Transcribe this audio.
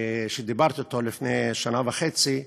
שדיברתי אתו לפני שנה וחצי,